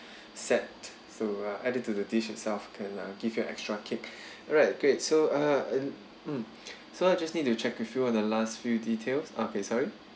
set so uh add it to the dish itself can uh give you an extra kick alright great so uh and um so I just need to check with you the last few details okay sorry